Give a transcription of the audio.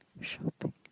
shopping